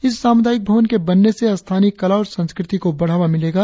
इस सामुदायिक भवन के बनने से स्थानीय कला और संस्कृति को बढ़ावा मिलेगा